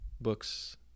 books